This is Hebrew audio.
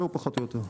זהו, פחות או יותר.